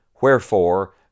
Wherefore